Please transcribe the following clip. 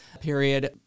period